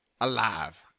alive